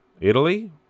Italy